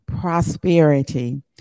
prosperity